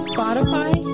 Spotify